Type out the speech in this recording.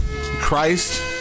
Christ